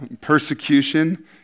persecution